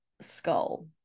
skull